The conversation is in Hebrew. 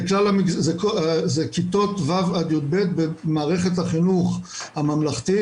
זה כיתות ו' עד י"ב במערכת החינוך הממלכתית,